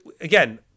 again